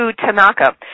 Tanaka